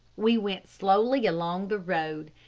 we went slowly along the road.